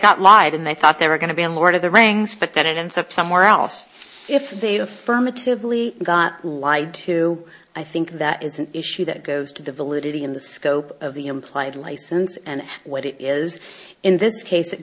got wide and they thought they were going to be a lord of the rings but then it ends up somewhere else if they affirmatively got lied to i think that is an issue that goes to the validity in the scope of the implied license and what it is in this case it